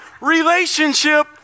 relationship